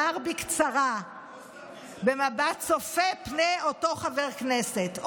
אומר בקצרה במבט צופה פני אותו חבר כנסת,